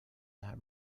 that